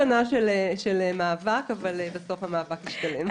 אבל בסוף המאבק השתלם.